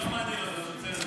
זה לא מעניין אותו, זה בסדר.